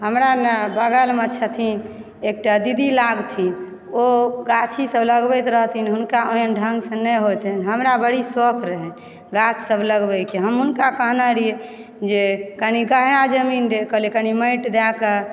हमरा न बगलमऽ छथिन एकटा दीदी लागथिन ओऽ गाछीसभ लगबैत रहथिन हुनका ओहन ढंगसँ नहि होयत रहन हमरा बड़ी शोक रहै गाछसभ लगबयकऽ हमहूँ हुनका कहने रहिए जे कनि गहरा जमीन दऽ कनि माटि दएकऽ